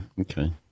Okay